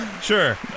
Sure